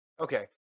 Okay